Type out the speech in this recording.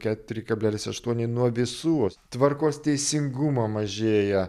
keturi kablelis aštuoni nuo visų tvarkos teisingumo mažėja